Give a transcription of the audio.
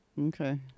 Okay